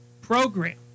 program